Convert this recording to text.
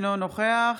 אינו נוכח